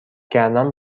کردن